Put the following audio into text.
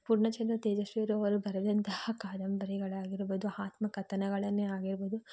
ಪೂರ್ಣಚಂದ್ರ ತೇಜಸ್ವಿಯವ್ರು ಅವರು ಬರೆದಂತಹ ಕಾದಂಬರಿಗಳೇ ಆಗಿರ್ಬೋದು ಆತ್ಮಕಥನಗಳನ್ನೇ ಆಗಿರ್ಬೋದು